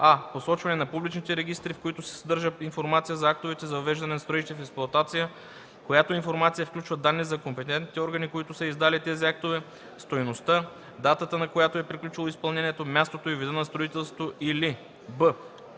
а) посочване на публичните регистри, в които се съдържа информация за актовете за въвеждане на строежите в експлоатация, която информация включва данни за компетентните органи, които са издали тези актове, стойността, датата, на която е приключило изпълнението, мястото и вида на строителството, или б)